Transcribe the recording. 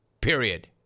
Period